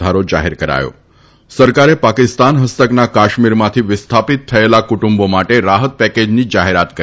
વધારો જાહેર કરાયો સરકારે પાકિસ્તાન હસ્તકના કાશ્મીરમાંથી વિસ્થાપિત થયેલા કુટુંબો માટે રાહત પેકેજની જાહેરાત કરી